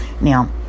now